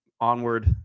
onward